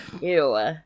Ew